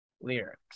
lyrics